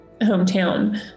hometown